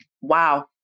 wow